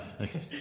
okay